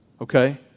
Okay